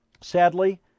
Sadly